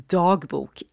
dagbok